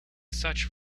such